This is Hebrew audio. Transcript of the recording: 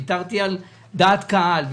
ויתרתי על דעת קהל,